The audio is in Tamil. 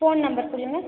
ஃபோன் நம்பர் சொல்லுங்கள்